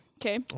Okay